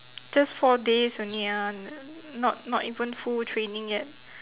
just four days only ah not not even full training yet